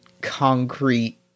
concrete